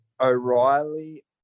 O'Reilly